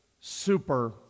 super